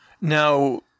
Now